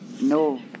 no